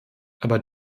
aber